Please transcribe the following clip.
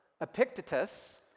Epictetus